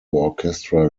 orchestra